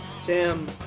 Tim